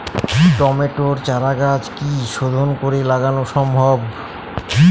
টমেটোর চারাগাছ কি শোধন করে লাগানো সম্ভব?